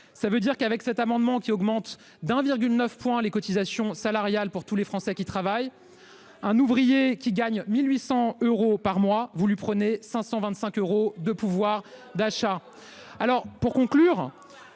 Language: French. Ça veut dire qu'avec cet amendement qui augmente d'1,9 points les cotisations salariales pour tous les Français qui travaillent. Un ouvrier qui gagne 1800 euros par mois. Vous prenez 525 euros de pouvoir d'achat. Alors pour conclure,